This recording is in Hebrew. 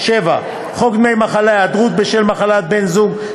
7. חוק דמי מחלה (היעדרות בשל מחלת בן־זוג),